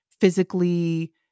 Physically